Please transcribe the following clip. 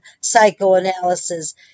psychoanalysis